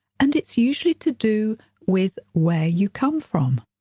and it's usually to do with where you come from.